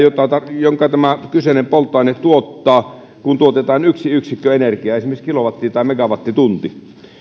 jonka tämä kyseinen polttoaine tuottaa kun tuotetaan yksi yksikkö energiaa esimerkiksi kilowatti tai megawattitunti